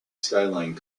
skyline